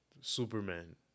Superman